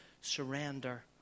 surrender